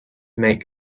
make